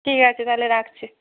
ঠিক আছে তাহলে রাখছি